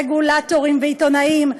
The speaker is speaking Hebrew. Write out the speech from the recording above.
רגולטורים ועיתונאים,